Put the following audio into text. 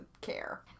care